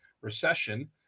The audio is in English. recession